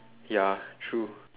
ya true